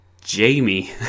Jamie